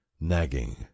nagging